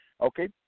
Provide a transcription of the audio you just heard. Okay